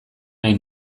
nahi